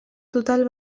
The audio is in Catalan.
total